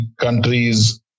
countries